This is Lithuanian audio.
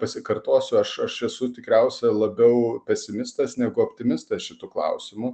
pasikartosiu aš aš esu tikriausia labiau pesimistas negu optimistas šitu klausimu